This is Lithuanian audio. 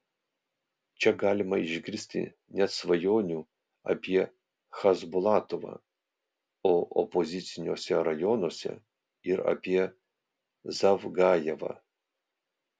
čia galima išgirsti net svajonių apie chasbulatovą o opoziciniuose rajonuose ir apie zavgajevą